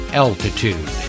altitude